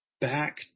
back